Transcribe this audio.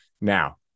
now